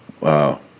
Wow